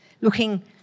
looking